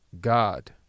God